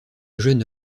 jeune